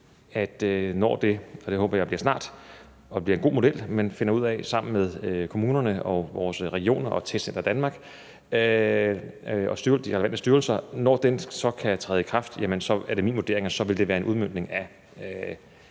at når det – og det håber jeg bliver snart, og jeg håber, det bliver en god model, man finder sammen med kommunerne og vores regioner og Testcenter Danmark og de relevante styrelser – så kan træde i kraft, vil det være en udmøntning af